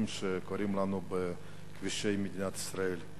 חוזר לאותם הדברים שקורים לנו בכבישי מדינת ישראל.